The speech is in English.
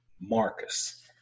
Marcus